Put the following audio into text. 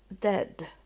dead